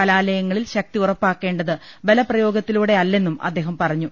കലാലയങ്ങളിൽ ശക്തി ഉറപ്പാക്കേണ്ടത് ബലപ്രയോഗത്തിലൂടെയല്ലെന്നും അദ്ദേഹം പറഞ്ഞു